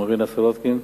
מרינה סולודקין,